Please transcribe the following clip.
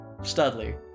Studley